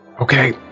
Okay